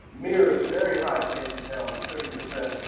mers very high case fatality, thirty percent.